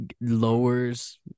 lowers